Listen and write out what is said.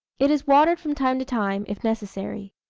it is watered from time to time, if necessary.